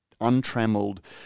untrammeled